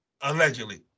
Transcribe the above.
Allegedly